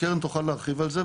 וקרן תוכל להרחיב על זה,